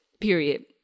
Period